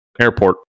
airport